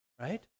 right